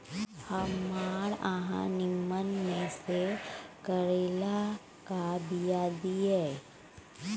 हमरा अहाँ नीमन में से करैलाक बीया दिय?